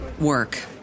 work